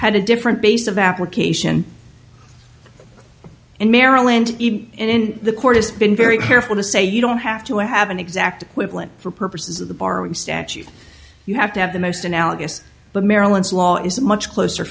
had a different base of the application in maryland and in the court has been very careful to say you don't have to have an exact equivalent for purposes of the borrowing statute you have to have the most analogous but marilyn's law is a much closer